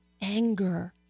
anger